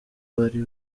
bari